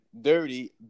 dirty